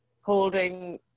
holding